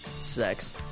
Sex